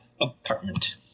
apartment